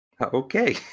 Okay